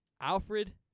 Alfred